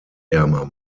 ärmer